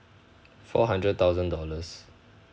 four hundred thousand dollars